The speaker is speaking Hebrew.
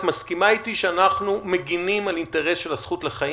את מסכימה אתי שאנחנו מגנים על אינטרס של הזכות לחיים?